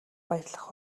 баярлах